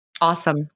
Awesome